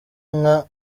nka